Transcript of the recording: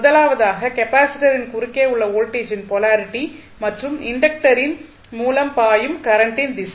முதலாவது கெப்பாசிட்டரின் குறுக்கே உள்ள வோல்டேஜின் போலாரிட்டி மற்றும் இண்டக்டரின் மூலம் பாயும் கரண்டின் திசை